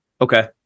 Okay